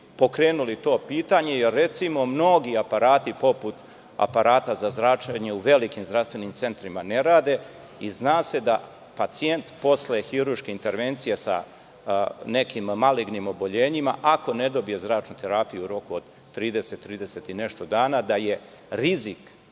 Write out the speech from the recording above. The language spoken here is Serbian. pokrenuli to pitanje i mnogi aparati, poput aparata za zračenje, u velikim zdravstvenim centrima ne rade i zna se da pacijent posle hirurške intervencije sa nekim malignim oboljenjima ako ne dobije zračnu terapiju u roku od 30, 30 i nešto dana, da je rizik